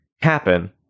happen